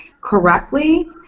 correctly